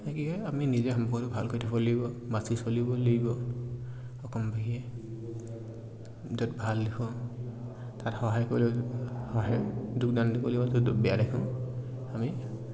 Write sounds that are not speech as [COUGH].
সেইয়ে কি হয় আমি নিজে সম্পৰ্ক ভালকৈ থাকিব লাগিব বাচি চলিব লাগিব [UNINTELLIGIBLE] বাহিৰে য'ত ভাল দেখোঁ তাত সহায় কৰি ল'ব সহায় যোগদান দিব লাগিব য'ত বেয়া দেখোঁ আমি